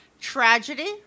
Tragedy